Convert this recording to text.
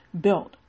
built